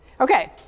Okay